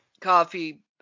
Coffee